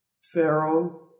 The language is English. Pharaoh